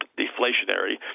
deflationary